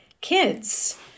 kids